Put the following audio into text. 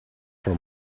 for